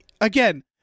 again